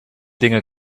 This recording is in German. dinge